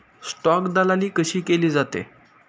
Stock दलाली कशी केली जाते?